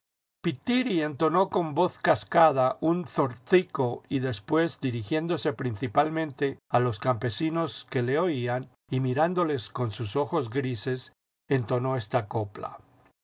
pithiri entonó con voz cascada un zortzico y después dirigiéndose principalmente a los campesinos que le oían y mirándoles con sus ojos grises entonó esta copla